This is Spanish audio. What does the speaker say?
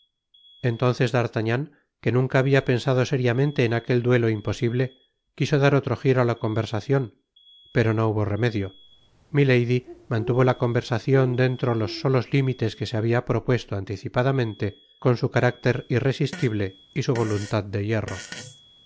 entonces d'artagnan que nunca habia pensado seriamente en aquel duelo imposible quiso dar otro jiro á la conversacion pero no hubo remedio milady mantuvo la conversacion dentro los solos limites que se habia propuesto anticipadamente con su carácter irresistible y su voluntad de hierro